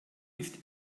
ist